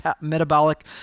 metabolic